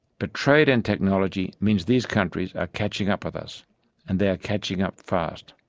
but trade and technology means these countries are catching up with us and they are catching up fast.